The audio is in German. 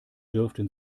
dürften